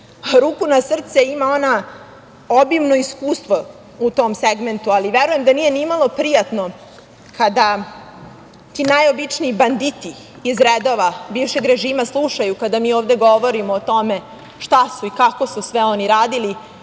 Ruku na srce, ima ona obimno iskustvo u tom segmentu, ali verujem da nije nimalo prijatno kada ti najobičniji banditi iz redova bivšeg režima slušaju kada mi ovde govorimo o tome šta su i kako su sve oni radili,